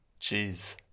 Jeez